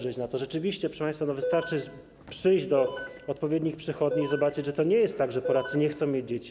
Rzeczywiście, proszę państwa, wystarczy przyjść do odpowiednich przychodni i zobaczyć, że to nie jest tak, że Polacy nie chcą mieć dzieci.